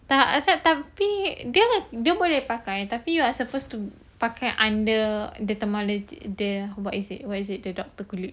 tak asal tapi dia boleh pakai tapi you are suppose to pakai under the tempat allergic the what is it what is it the doctor kulit